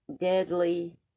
deadly